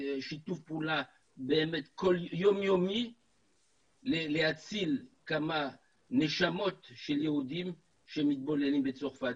שיתוף פעולה באמת יום יומי להציל כמה נשמות של יהודים שמתבוללים בצרפת.